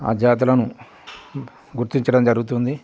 ఆ జాతులను గుర్తించడం జరుగుతుంది